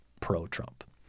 pro-Trump